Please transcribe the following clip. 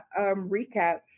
recap